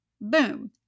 Boom